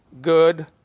Good